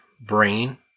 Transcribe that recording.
brain